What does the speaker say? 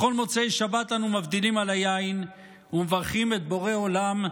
בכל מוצאי שבת אנו מבדילים על היין ומברכים את בורא עולם,